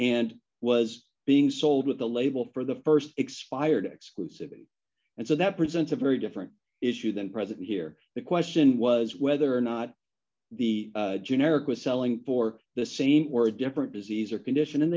and was being sold with a label for the st expired exclusivity and so that presents a very different issue than present here the question was whether or not the generic was selling for the same word different disease or condition and